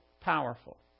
powerful